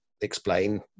explain